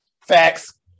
Facts